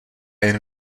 jen